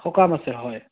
সকাম আছে হয়